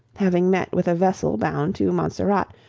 having met with a vessel bound to montserrat,